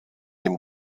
dem